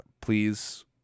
please